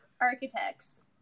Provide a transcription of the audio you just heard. Architects